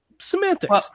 semantics